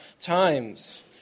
times